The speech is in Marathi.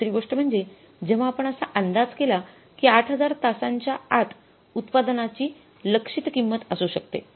दुसरी गोष्ट म्हणजे जेव्हा आपण असा अंदाज केला कि ८००० तासांच्या आत उत्पादनाची लक्षित किंमत असू शकते